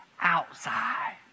outside